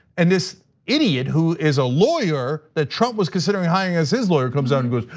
and this idiot who is a lawyer that trump was considering hiring as his lawyer comes out and goes,